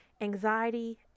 anxiety